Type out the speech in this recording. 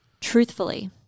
Truthfully